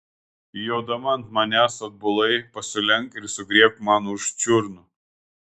jodama ant manęs atbulai pasilenk ir sugriebk man už čiurnų